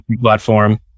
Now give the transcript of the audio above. platform